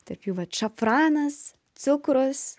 tarp jų vat šafranas cukrus